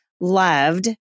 loved